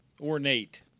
Ornate